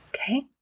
Okay